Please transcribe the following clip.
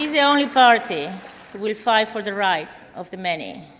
yeah the only party that will fight for the rights of the many.